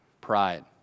pride